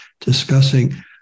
discussing